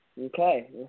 Okay